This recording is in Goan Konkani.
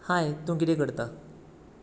हाय तूं किरें करता